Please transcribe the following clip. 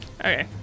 Okay